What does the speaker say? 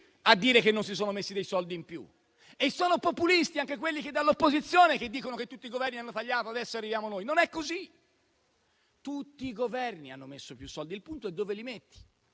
a dire che non si sono messi soldi in più. E sono populisti anche quelli che, dall'opposizione, dicono che tutti i Governi hanno tagliato e adesso arrivano loro. Non è così. Tutti i Governi hanno messo più soldi; il punto è dove sono stati